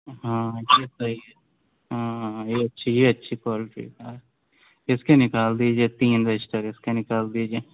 ہاں یہ سہی ہے ہاں یہ اچھی یہ اچھی کوالٹی کا ہے اس کے نکال دیجیے تین رجسٹر اس کے نکال دیجیے